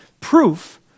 proof